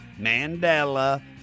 Mandela